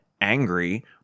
angry